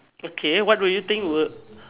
okay what would you think would